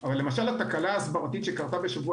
אבל למשל התקלה הסברתית שקרתה בשבוע